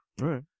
Right